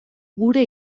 gure